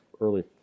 early